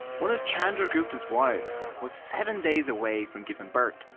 one of chandragupta's wives was seven days away from giving birth.